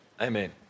Amen